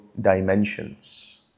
dimensions